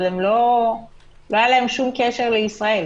אבל לא היה להם שום קשר לישראל.